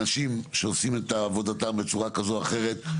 אנשים שעושים את עבודתם בצורה כזו או אחרת,